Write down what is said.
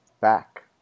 back